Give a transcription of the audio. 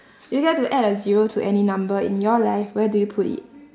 you get to add a zero to any number in your life where do you put it